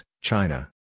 China